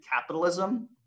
capitalism